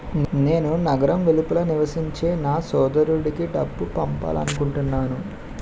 నేను నగరం వెలుపల నివసించే నా సోదరుడికి డబ్బు పంపాలనుకుంటున్నాను